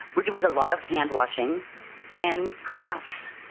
we're doing a lot of hand-washing and crafts,